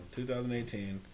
2018